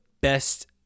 best